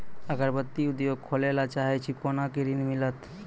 अगरबत्ती उद्योग खोले ला चाहे छी कोना के ऋण मिलत?